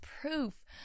proof